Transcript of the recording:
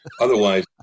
Otherwise